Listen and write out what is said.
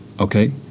Okay